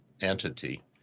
entity